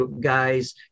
guys